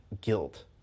guilt